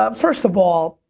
um first of all,